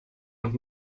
und